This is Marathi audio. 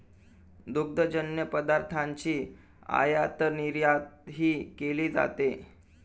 दुग्धजन्य पदार्थांची आयातनिर्यातही केली जाते